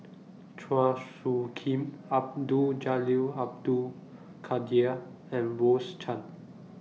Chua Soo Khim Abdul Jalil Abdul Kadir and Rose Chan